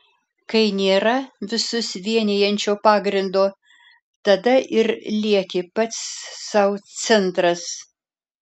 kai nėra visus vienijančio pagrindo tada ir lieki pats sau centras